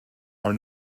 are